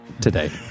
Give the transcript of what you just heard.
today